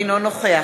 אינו נוכח